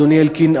אדוני אלקין,